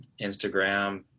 Instagram